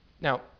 Now